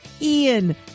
ian